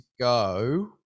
go